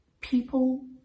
People